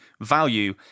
value